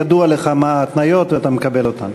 ידוע לך מה ההתניות ואתה מקבל אותן?